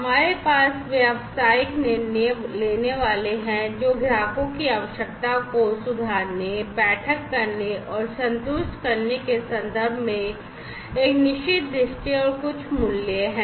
हमारे पास व्यावसायिक निर्णय लेने वाले हैं जो ग्राहकों की आवश्यकताओं को सुधारने बैठक करने और संतुष्ट करने के संदर्भ में एक निश्चित दृष्टि और कुछ मूल्य हैं